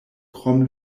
krom